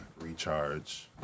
recharge